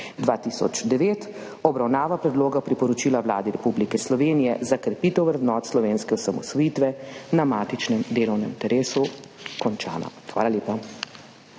2009 obravnava Predloga priporočila Vladi Republike Slovenije za krepitev vrednot slovenske osamosvojitve na matičnem delovnem telesu končana. Hvala lepa.